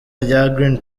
green